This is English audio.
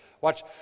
Watch